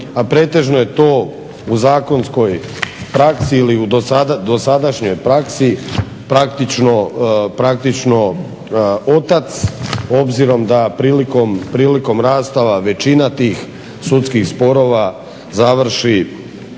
a pretežno je to u zakonskoj praksi ili u dosadašnjoj praksi praktično otac obzirom da prilikom rastava većina tih sudskih sporova završi